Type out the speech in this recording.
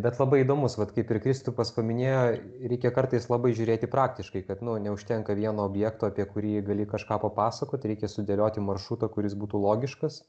bet labai įdomus vat kaip ir kristupas paminėjo reikia kartais labai žiūrėti praktiškai kad neužtenka vieno objekto apie kurį gali kažką papasakoti reikia sudėlioti maršrutą kuris būtų logiškas